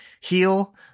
heal